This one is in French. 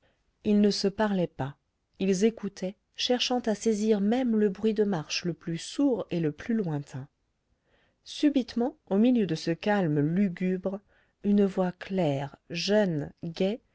ils ne se parlaient pas ils écoutaient cherchant à saisir même le bruit de marche le plus sourd et le plus lointain subitement au milieu de ce calme lugubre une voix claire jeune gaie